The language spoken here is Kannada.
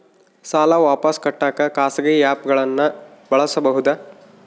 ಸಾಲ ವಾಪಸ್ ಕಟ್ಟಕ ಖಾಸಗಿ ಆ್ಯಪ್ ಗಳನ್ನ ಬಳಸಬಹದಾ?